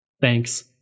Thanks